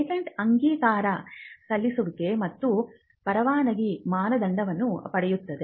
patent ಅಂಗೀಕಾರ ಸಲ್ಲಿಸುವಿಕೆ ಮತ್ತು ಪರವಾನಗಿ ಮಾನದಂಡವನ್ನು ಪಡೆಯುತ್ತದೆ